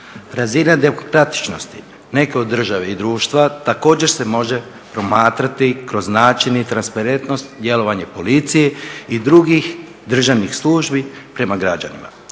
Razina demokratičnosti neke od države i društva također se može promatrati kroz način i transparentnost djelovanja policije i drugih državnih službi prema građanima.